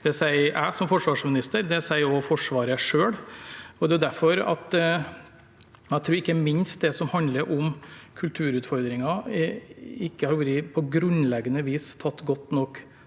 Det sier jeg som forsvarsminister. Det sier også Forsvaret selv, og ikke minst det som handler om kulturutfordringer, har ikke på grunnleggende vis vært tatt godt nok